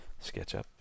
SketchUp